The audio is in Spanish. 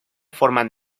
forman